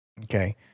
Okay